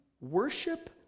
worship